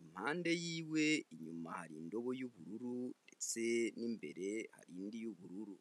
impande y'iwe inyuma hari indobo y'ubururu ndetse n'imbere hari indi y'ubururu.